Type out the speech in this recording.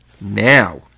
Now